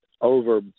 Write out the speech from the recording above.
over